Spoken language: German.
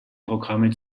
programme